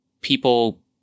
people